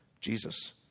Jesus